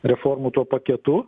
reformų tuo paketu